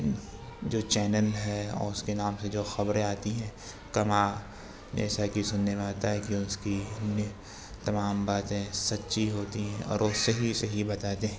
جو چینل ہے اور اس کے نام سے جو خبریں آتی ہیں کما جیسا کی سننے میں آتا ہے کہ اس کی تمام باتیں سچی ہوتی ہیں اور وہ صحیح صحیح بتاتے ہیں